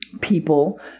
people